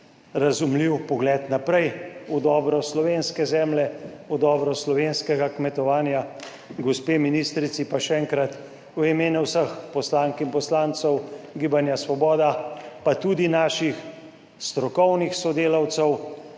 razumljiv pogled naprej v dobro slovenske zemlje, v dobro slovenskega kmetovanja. Gospe ministrici pa še enkrat v imenu vseh poslank in poslancev Gibanja Svoboda pa tudi naših strokovnih sodelavcev,